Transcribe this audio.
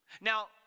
Now